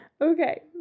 Okay